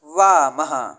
वामः